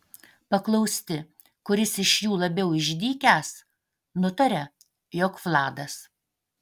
paklausti kuris iš jų labiau išdykęs nutaria jog vladas